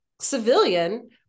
civilian